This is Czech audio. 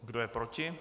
Kdo je proti?